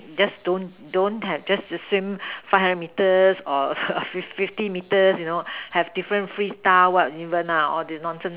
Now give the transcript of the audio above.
just don't don't have just assume five hundred metres or fif~ fifty metres have different free styles what even lah all these nonsense